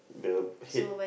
the head